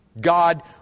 God